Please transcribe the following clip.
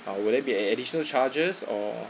uh would that be an additional charges or